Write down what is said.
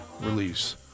release